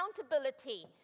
accountability